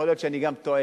יכול להיות שאני גם טועה,